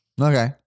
Okay